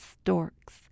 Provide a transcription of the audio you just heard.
storks